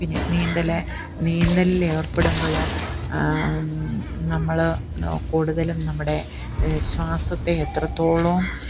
പിന്നെ നീന്തൽ നീന്തലിലേർപ്പെടുമ്പോൾ നമ്മൾ എന്തുവാണ് കൂടുതലും നമ്മുടെ ശ്വാസത്തെ എത്രത്തോളം